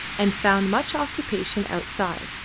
and found much occupation outside,